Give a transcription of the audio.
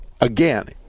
again